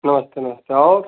नमस्ते नमस्ते और